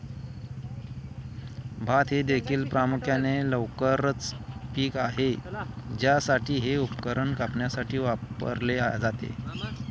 भात हे देखील प्रामुख्याने जलचर पीक आहे ज्यासाठी हे उपकरण कापण्यासाठी वापरले जाते